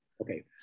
Okay